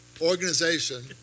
Organization